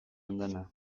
andana